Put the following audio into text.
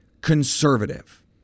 conservative